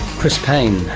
chris paine,